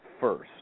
first